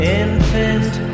infant